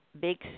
big